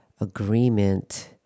agreement